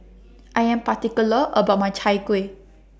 I Am particular about My Chai Kueh